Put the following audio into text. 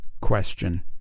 question